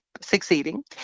succeeding